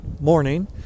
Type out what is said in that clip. morning